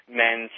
men